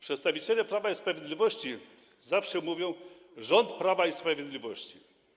Przedstawiciele Prawa i Sprawiedliwości zawsze mówią: rząd Prawa i Sprawiedliwości.